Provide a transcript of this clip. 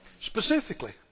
Specifically